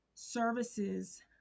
services